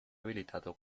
habilitado